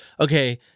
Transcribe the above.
okay